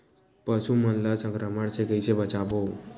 पशु मन ला संक्रमण से कइसे बचाबो?